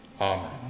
Amen